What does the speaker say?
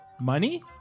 Money